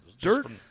Dirt